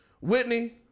Whitney